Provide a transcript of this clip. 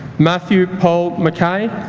matthew paul mackay